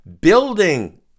building